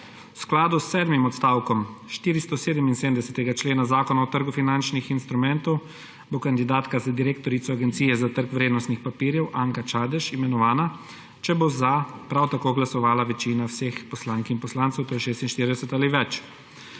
V skladu s sedmim odstavkom 477. člena Zakona o trgu finančnih instrumentov bo kandidatka za direktorico Agencije za trg vrednostnih papirjev Anka Čadež imenovana, če bo za prav tako glasovala večina vseh poslank in poslancev, to je 46 ali več.